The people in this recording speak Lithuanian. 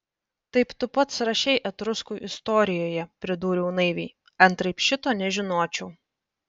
taip tu pats rašei etruskų istorijoje pridūriau naiviai antraip šito nežinočiau